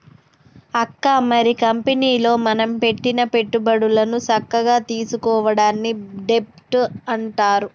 అక్క మరి కంపెనీలో మనం పెట్టిన పెట్టుబడులను సక్కగా తీసుకోవడాన్ని డెబ్ట్ అంటారు